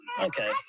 Okay